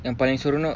yang paling seronok